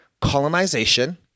Colonization